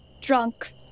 drunk